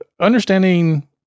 understanding